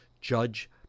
Judge